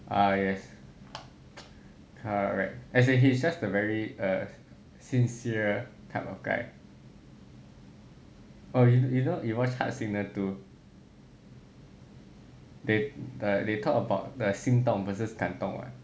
ah yes correct as in he's just the very err sincere type of guy oh you know you watch heart signal two they they talk about the 心动 versus 感动 what